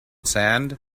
sand